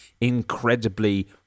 incredibly